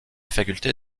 faculté